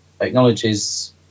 acknowledges